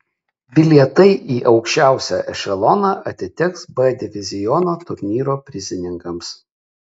bilietai į aukščiausią ešeloną atiteks b diviziono turnyro prizininkams